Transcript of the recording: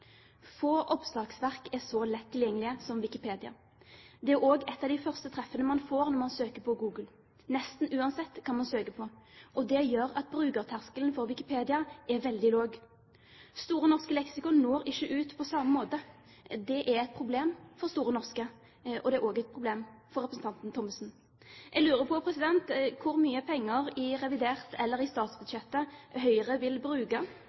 Få oppslagsverk er så lett tilgjengelige som Wikipedia. Det er også et av de første treffene man får når man søker på Google, nesten uansett hva man søker på. Det gjør at brukerterskelen for Wikipedia er veldig lav. Store norske leksikon når ikke ut på samme måte. Det er et problem for Store norske, og det er også et problem for representanten Thommessen. Jeg lurer på hvor mye penger i revidert eller i statsbudsjettet Høyre vil